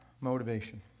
motivation